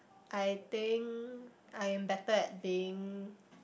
I think I am better at being